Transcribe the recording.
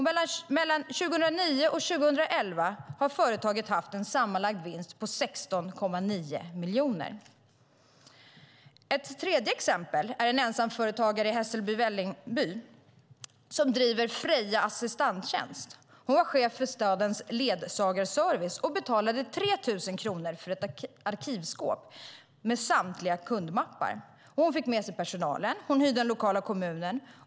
Mellan 2009 och 2011 har företaget haft en sammanlagd vinst på 16,9 miljoner. Ett tredje exempel är en ensamföretagare i Hässelby och Vällingby som driver Freja Assistanstjänst. Hon var chef för stadens ledsagarservice och betalade 3 000 kronor för ett arkivskåp med samtliga kundmappar. Hon fick med sig personalen. Hon hyrde en lokal av kommunen.